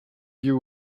you